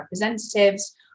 representatives